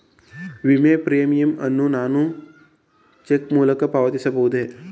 ವಿಮೆ ಪ್ರೀಮಿಯಂ ಅನ್ನು ನಾನು ಚೆಕ್ ಮೂಲಕ ಪಾವತಿಸಬಹುದೇ?